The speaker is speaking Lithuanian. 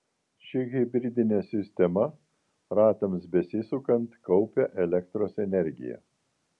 ši hibridinė sistema ratams besisukant kaupia elektros energiją